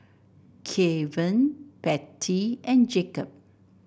Keven Bettye and Jacob